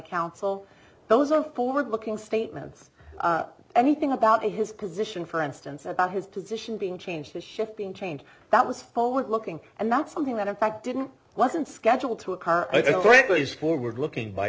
council those are forward looking statements anything about his position for instance about his position being changed to shifting change that was forward looking and not something that in fact didn't wasn't scheduled to occur but is forward looking by